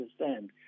understand